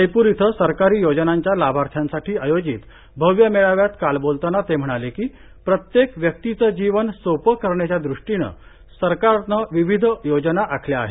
जयप्र इथं सरकारी योजनांच्या लाभार्थ्यासाठी आयोजित भव्य मेळाव्यात काल बोलताना ते म्हणाले की प्रत्येक व्यक्तीचं जीवन सोपं करण्याच्या दृष्टिनंच सरकारनं विविध योजना आखल्या आहेत